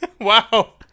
Wow